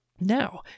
Now